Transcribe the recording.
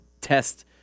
test